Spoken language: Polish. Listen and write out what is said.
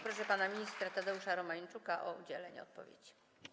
Proszę pana ministra Tadeusza Romańczuka o udzielenie odpowiedzi.